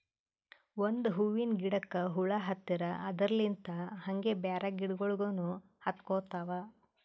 ಒಂದ್ ಹೂವಿನ ಗಿಡಕ್ ಹುಳ ಹತ್ತರ್ ಅದರಲ್ಲಿಂತ್ ಹಂಗೆ ಬ್ಯಾರೆ ಗಿಡಗೋಳಿಗ್ನು ಹತ್ಕೊತಾವ್